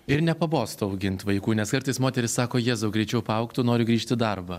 ir nepabosta augint vaikų nes kartais moterys sako jėzau greičiau paaugtų noriu grįžt į darbą